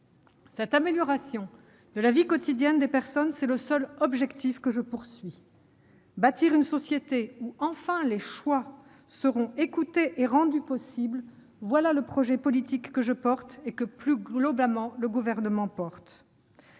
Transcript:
Cette amélioration de la vie quotidienne des personnes, c'est le seul objectif que je poursuis. Bâtir une société, où enfin les choix seront écoutés et rendus possibles, voilà le projet politique que je porte et que, plus globalement, le Gouvernement porte.